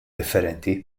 differenti